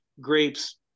grapes